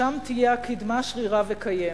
שם תהיה הקדמה שרירה וקיימת".